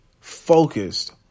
focused